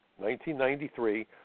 1993